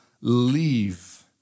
leave